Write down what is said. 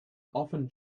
often